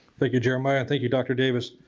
thank you jeremiah. thank you dr. davis.